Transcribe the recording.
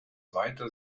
weiter